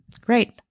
Great